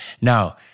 Now